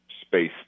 space